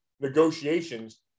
negotiations